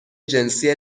جنسی